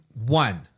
One